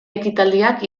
ekitaldiak